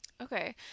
Okay